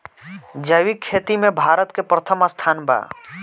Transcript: जैविक खेती में भारत के प्रथम स्थान बा